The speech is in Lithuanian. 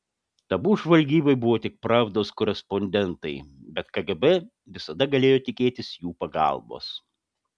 tabu žvalgybai buvo tik pravdos korespondentai bet kgb visada galėjo tikėtis jų pagalbos